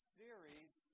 series